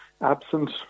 absent